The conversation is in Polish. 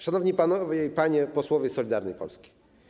Szanowni Panowie i Panie Posłowie z Solidarnej Polski!